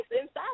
inside